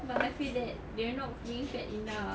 but I feel that they're not being fed enough